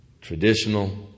traditional